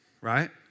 right